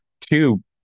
Two